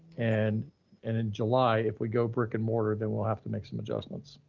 and and in july, if we go brick and mortar, then we'll have to make some adjustments.